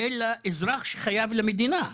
אלא אזרח שחייב למדינה.